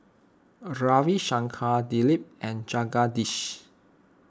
Ravi Shankar Dilip and Jagadish